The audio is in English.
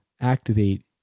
activate